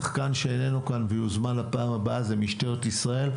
שחקן שאינו כאן ויוזמן לפעם הבאה משטרת ישראל.